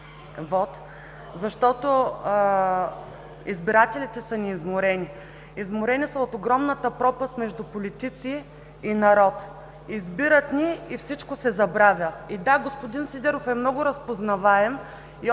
защото избирателите ни са изморени. Изморени са от огромната пропаст между политици и народ. Избират ни и всичко се забравя. И да, господин Сидеров е много разпознаваем